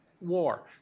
War